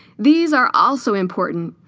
these are also important,